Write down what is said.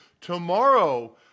Tomorrow